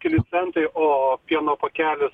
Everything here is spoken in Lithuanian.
keli centai o pieno pakelis